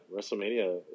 WrestleMania